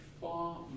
far